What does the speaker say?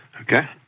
Okay